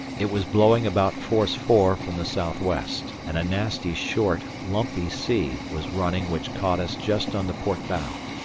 it was blowing about force four from the south-west, and a nasty short, lumpy sea was running which caught us just on the port bow.